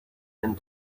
and